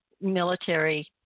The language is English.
military